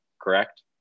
correct